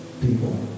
people